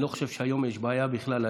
ואני לא חושב שהיום יש בעיה בכלל.